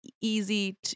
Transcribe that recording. easy